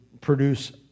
produce